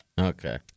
okay